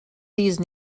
these